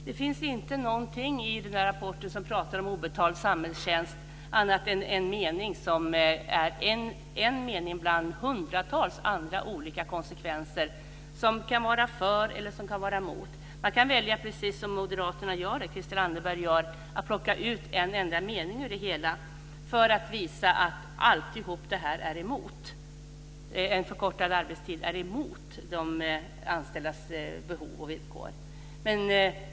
Fru talman! Ingenting i rapporten sägs om obetald samhällstjänst, bortsett från en enda, att ställas mot hundratals olika konsekvenser - för eller mot. Man kan välja att göra som Christel Anderberg gör och plocka ut en enda mening ur det hela för att visa att förkortad arbetstid strider mot de anställdas behov och villkor.